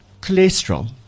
Cholesterol